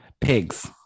Pigs